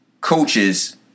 coaches